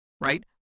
right